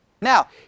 Now